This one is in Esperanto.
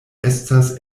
estas